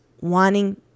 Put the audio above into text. wanting